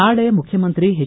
ನಾಳೆ ಮುಖ್ವಮಂತ್ರಿ ಎಚ್